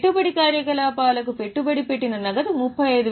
పెట్టుబడి కార్యకలాపాలకు పెట్టుబడి పెట్టిన నగదు 35600